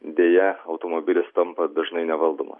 deja automobilis tampa dažnai nevaldomas